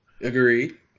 Agreed